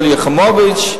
שלי יחימוביץ,